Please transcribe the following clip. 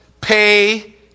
pay